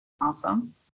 Awesome